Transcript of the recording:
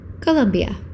Colombia